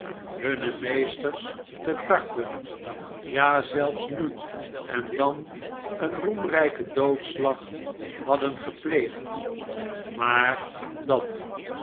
hunne meesters te tarten ja zelfs na en dan een roemrijken doodslag hadden gepleegd maar dat